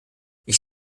ich